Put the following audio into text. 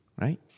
Right